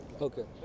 Okay